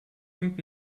und